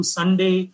Sunday